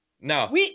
No